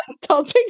topic